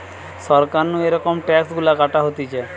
সরকার নু এরম ট্যাক্স গুলা কাটা হতিছে